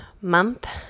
month